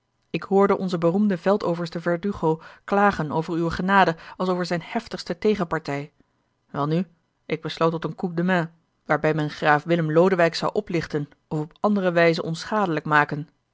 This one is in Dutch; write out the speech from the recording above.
ik hoorde onzen beroemden veldoverste verdugo klagen over uwe genade als over zijne heftigste tegenpartij welnu ik besloot tot een coup de main waarbij men graaf willem lodewijk zou oplichten of op andere wijze onschadelijk maken